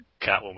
Catwoman